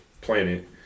planet